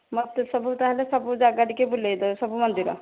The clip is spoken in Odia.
ମୋତେ ସବୁ ତା'ହେଲେ ସବୁ ଯାଗା ଟିକେ ବୁଲେଇଦେବ ସବୁ ମନ୍ଦିର